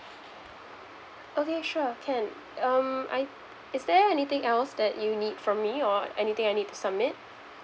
okay sure can um I is there anything else that you need from me or anything I need to submit